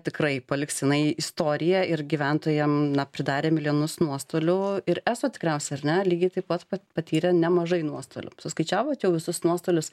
tikrai paliks jinai istorija ir gyventojam na pridarė milijonus nuostolių ir eso tikriausiai ar ne lygiai taip pat pa patyrė nemažai nuostolių suskaičiavot jau visus nuostolius